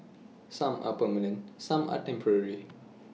some are permanent some are temporary